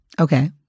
Okay